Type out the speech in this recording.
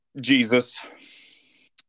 Jesus